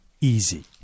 easy